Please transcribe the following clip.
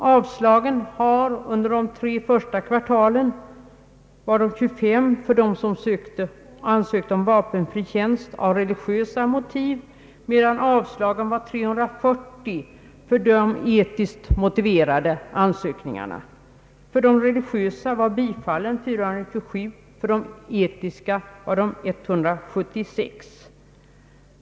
Avslagen har under de tre första kvartalen varit 25 för dem som ansökt om vapenfri tjänst av religiösa motiv, medan avslagen varit 340 för de etiskt motiverade ansökningarna. För de religiösa var bifallen 427 och för de etiska 176.